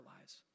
lives